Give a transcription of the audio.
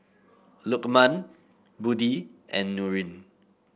Lukman Budi and Nurin